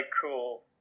cool